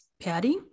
Patty